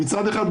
מצד אחד,